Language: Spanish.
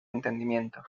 entendimiento